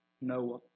Noah